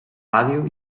ràdio